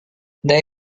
there